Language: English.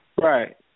Right